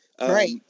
Right